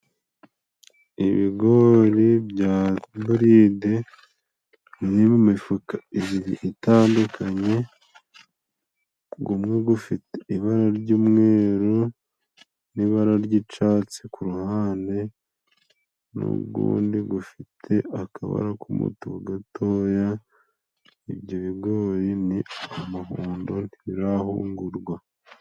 Ibigori bya buride biri mu mifuka ebyiri itandukanye umwe ufite ibara ry'umweru n'ibara ry'icatsi ku ruhande, n'undi ufite akabara k'umutuku gatoya, ibyo bigori ni amahundo ntibirahungurwa.